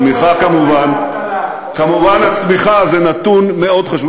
צמיחה כמובן, כמובן, הצמיחה זה נתון מאוד חשוב.